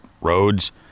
roads